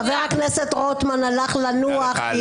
חבר הכנסת רוטמן הלך לנוח.